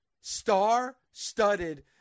star-studded